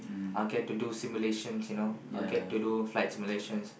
I'll get to do simulations you know I'll get to do flight simulations